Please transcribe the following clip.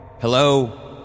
Hello